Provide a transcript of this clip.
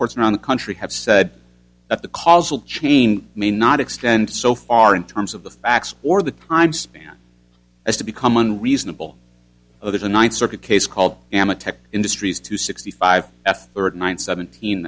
courts around the country have said that the causal chain may not extend so far in terms of the facts or the prime span as to become unreasonable or there's a ninth circuit case called am a tech industries two sixty five f thirty nine seventeen